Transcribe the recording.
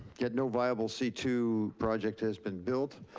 yet no viable c two project has been built.